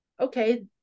okay